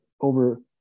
over